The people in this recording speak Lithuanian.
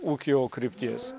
ūkio krypties